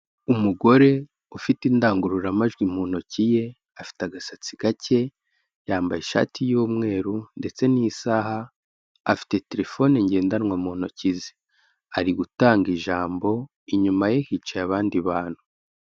Umugore ufite indangururamajwi mu ntoki ye, afite agasatsi gake, yambaye ishati y'umweru ndetse n'isaha, afite telefone ngendanwa mu ntoki ze, ari gutanga ijambo, inyuma ye hicaye abandi bantu.